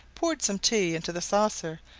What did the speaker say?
poured some tea into the saucer,